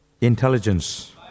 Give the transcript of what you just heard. intelligence